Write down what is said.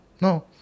no